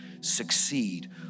succeed